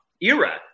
era